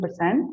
100%